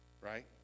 Right